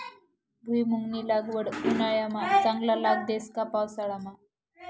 भुईमुंगनी लागवड उंडायामा चांगला लाग देस का पावसाळामा